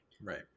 Right